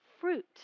fruit